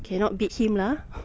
cannot beat him lah